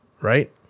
right